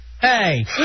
hey